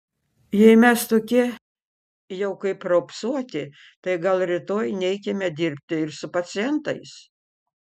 jei mes tokie jau kaip raupsuoti tai gal rytoj neikime dirbti ir su pacientais